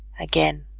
again